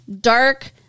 dark